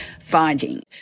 finding